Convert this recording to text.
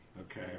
Okay